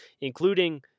including